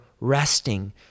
resting